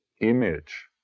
image